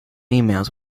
emails